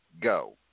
go